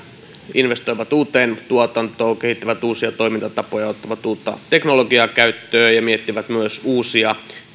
investoivat uuteen tuotantoon kehittävät uusia toimintatapoja ja ottavat uutta teknologiaa käyttöön ja miettivät myös uusia